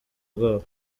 bwabo